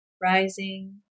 rising